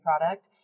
product